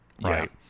right